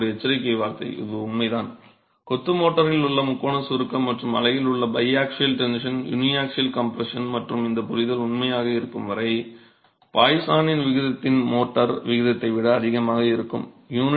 இருப்பினும் ஒரு எச்சரிக்கை வார்த்தை இது உண்மைதான் கொத்து மோர்டாரில் உள்ள முக்கோண சுருக்கம் மற்றும் அலகில் உள்ள பைஆக்சியல் டென்ஷன் மற்றும் யூனிஆக்சியல் கம்ப்ரஷன் பற்றிய இந்த புரிதல் உண்மையாக இருக்கும் வரை பாய்சானின் விகிதத்தின் மோர்டார் விகிதத்தை விட அதிகமாக இருக்கும்